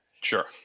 Sure